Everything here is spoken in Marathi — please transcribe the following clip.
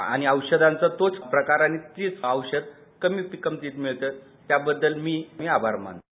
आणि औषधांचा तोच प्रकार आणि तिच औषधं कमी किंमतीत मिळतात त्यामुळे मी आभार मानतो